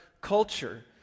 culture